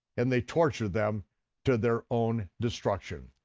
and they torture them to their own destruction.